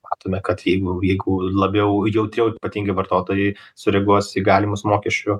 matome kad jeigu jeigu labiau jautriau ypatingai vartotojui sureaguos į galimus mokesčių